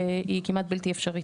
היא כמעט בלתי אפשרית.